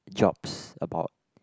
jobs about